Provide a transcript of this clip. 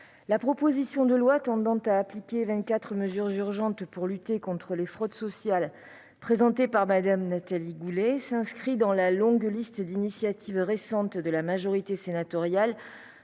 la proposition de loi tendant à appliquer vingt-quatre mesures urgentes pour lutter contre les fraudes sociales, présentée par Mme Nathalie Goulet, s'inscrit dans la longue liste d'initiatives récentes de la majorité sénatoriale